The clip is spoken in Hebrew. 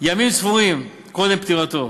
ימים ספורים קודם פטירתו,